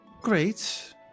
Great